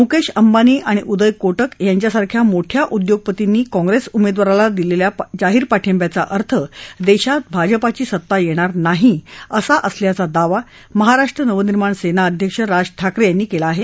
मुकेश अंबानी आणि उदय कोटक यांच्या सारख्या मोठ्या उद्योगपतींनी काँप्रेस उमेदवाराला दिलेल्या जाहीर पाठिंब्याचा अर्थ देशात भाजपाची सत्ता येणार नाही असा असल्याचा दावा महाराष्ट्र नवनिर्माण सेना अध्यक्ष राज ठाकरे यांनी केला आहे